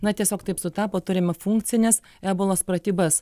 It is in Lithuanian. na tiesiog taip sutapo turim funkcines ebolos pratybas